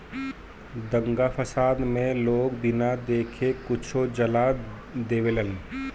दंगा फसाद मे लोग बिना देखे कुछो जला देवेलन